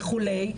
וכולי,